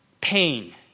pain